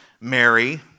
Mary